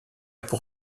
pour